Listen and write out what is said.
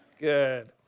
Good